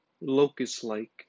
locust-like